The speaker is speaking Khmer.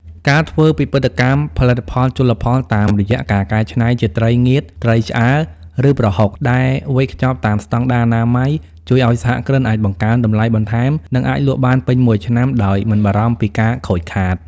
ការធ្វើពិពិធកម្មផលិតផលជលផលតាមរយៈការកែច្នៃជាត្រីងៀត ត្រីឆ្អើរ ឬប្រហុកដែលវេចខ្ចប់តាមស្ដង់ដារអនាម័យ ជួយឱ្យសហគ្រិនអាចបង្កើនតម្លៃបន្ថែម និងអាចលក់បានពេញមួយឆ្នាំដោយមិនបារម្ភពីការខូចខាត។